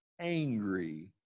angry